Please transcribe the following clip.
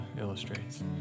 illustrates